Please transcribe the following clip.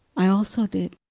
i also did.